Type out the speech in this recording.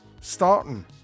starting